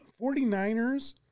49ers